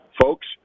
Folks